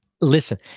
listen